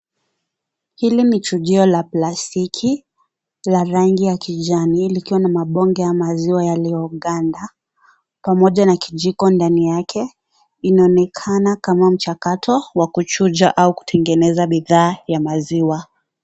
Hili ni chujio la plastiki, la rangi ya kijani likiwa na mabonge ya maziwa yaliyo ganda, pamoja na kijiko ndani yake, inaonekana kama mchakato wa kuchuja au kutengeneza bidhaa, ya maziwa.